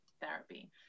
therapy